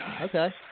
Okay